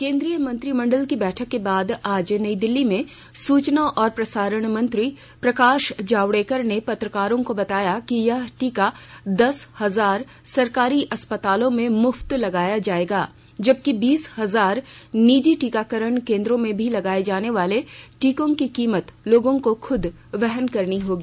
केन्द्रीय मंत्रिमंडल की बैठक के बाद आज नई दिल्ली में सूचना और प्रसारण मंत्री प्रकाश जावडेकर ने पत्रकारों को बताया कि यह टीका दस हजार सरकारी अस्पतालों में मुफ्त लगाया जायेगा जबकि बीस हजार निजी टीकाकरण केन्द्रों में लगाये जाने वाले टीकों की कीमत लोगों को खुद वहन करनी होगी